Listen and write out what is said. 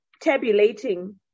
Tabulating